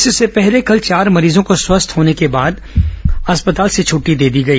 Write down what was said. इससे पहले कल चार मरीजों को स्वस्थ होने के बाद अस्पताल से छट्टी दे दी गई